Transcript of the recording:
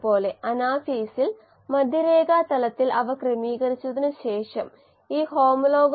Jerusalimsky Neronova model എന്ന ഒരു model കൂടി ഞാൻ പരാമർശിക്കും ഇത് വളർച്ചയെ ഉൽപന്ന നിരോധനത്തിൻറെ ഫലം നൽകുന്നു